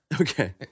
Okay